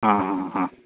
ಹಾಂ ಹಾಂ ಹಾಂ